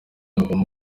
havamo